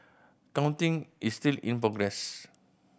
counting is still in progress